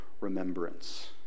remembrance